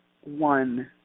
one